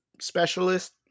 specialist